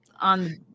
on